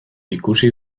ikusi